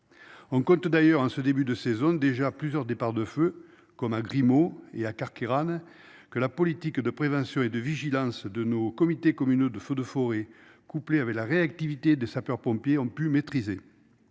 En Côte d'ailleurs en ce début de ces zones déjà plusieurs départs de feu comme à Grimaud et à Carqueiranne que la politique de prévention et de vigilance de nos comités communaux de feux de forêt couplée avec la réactivité des sapeurs pompiers ont pu maîtriser.